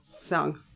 song